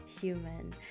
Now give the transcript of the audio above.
human